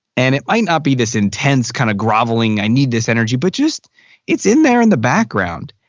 and it might not be this intense kind of groveling i need this energy but just it's in there in the background.